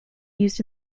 used